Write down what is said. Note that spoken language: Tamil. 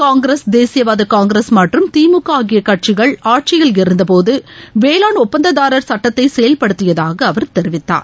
காங்கிரஸ் தேசியவாத காங்கிரஸ் மற்றும் திமுக ஆகிய கட்சிகள் ஆட்சியில் இருந்தபோது வேளாண் ஒப்பந்ததாரர் சட்டத்தை செயல்படுத்தியதாக அவர் தெரிவித்தார்